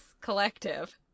collective